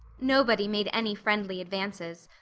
nobody made any friendly advances,